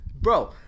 bro